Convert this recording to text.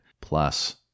Plus